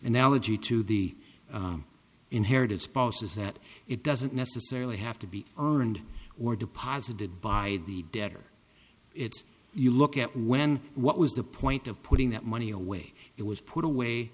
analogy to the inherited spouse is that it doesn't necessarily have to be earned or deposited by the debtor it's you look at when what was the point of putting that money away it was put away